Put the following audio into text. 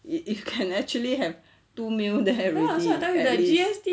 you you can actually have two meal there already at least